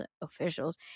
officials